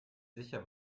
sicher